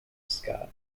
scott